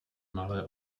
malé